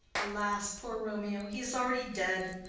alas, poor romeo, he is already dead!